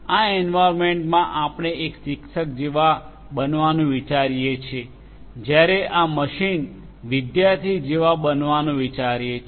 આ એન્વાર્યન્મેન્ટમાં આપણે એક શિક્ષક જેવા બનવાનું વિચારીએ છીએ જ્યારે આ મશીન વિદ્યાર્થી જેવા બનવાનું વિચારે છે